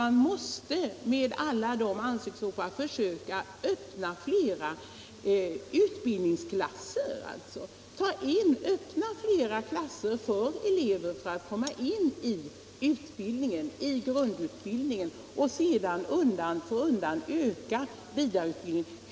Vi förklarar ju att man måste försöka öppna fler utbildningsklasser för att fler elever skall kunna komma in i grundutbildningen, och sedan måste man undan för undan öka vidareutbildningen.